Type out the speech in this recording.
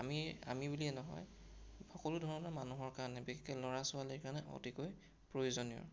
আমি আমি বুলিয়ে নহয় সকলো ধৰণৰ মানুহৰ কাৰণে বিশেষকৈ ল'ৰা ছোৱালীৰ কাৰণে অতিকৈ প্ৰয়োজনীয়